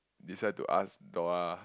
decide to ask Dora